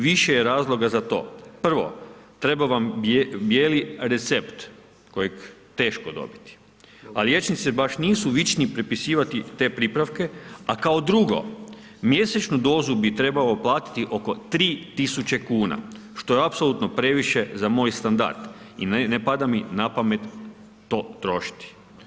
Više je razloga za to, prvo treba vam bijeli recept, kojeg je teško dobiti, a liječnici baš nisu vični prepisivati te pripravke, a kao drugo, mjesečnu dozu bi trebao platiti oko 3000 kuna što je apsolutno previše za moj standard i ne pada mi na pamet to trošiti.